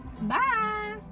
Bye